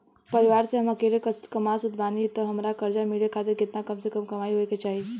परिवार में हम अकेले कमासुत बानी त हमरा कर्जा मिले खातिर केतना कम से कम कमाई होए के चाही?